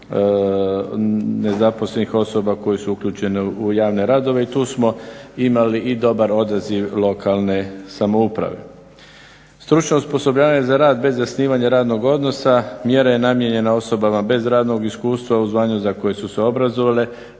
nezaposlenih osoba koje su uključene u javne radove i tu smo imali i dobar odaziv lokalne samouprave. Stručno osposobljavanje za rad bez zasnivanja radnog odnosa mjera je namijenjena osoba bez radnog iskustva u zvanju za koje su se obrazovale.